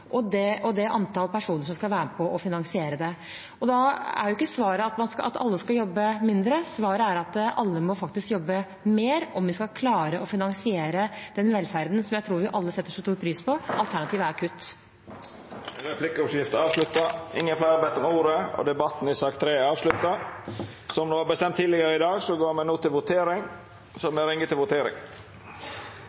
være med og finansiere det. Da er ikke svaret at alle skal jobbe mindre – svaret er at alle faktisk må jobbe mer, om vi skal klare å finansiere den velferden jeg tror vi alle setter stor pris på. Alternativet er kutt. Replikkordskiftet er omme. Fleire har ikkje bedt om ordet til sak nr. 3. Som det vart bestemt tidlegare i dag, går me no til votering.